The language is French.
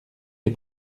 des